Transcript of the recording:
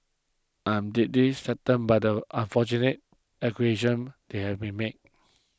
i am deeply saddened by the unfortunate allegations they have been made